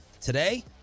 today